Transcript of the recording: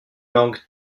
langue